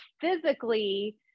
physically